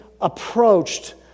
approached